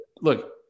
look